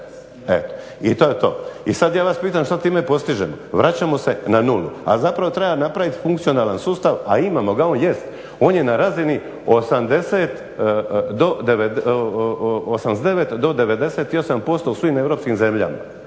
I sad ja vas pitam šta time postižemo? Vraćamo se na nulu, a zapravo treba napravit funkcionalan sustav, a imamo ga, on jest. On je na razini 89 do 98% u svim europskim zemljama.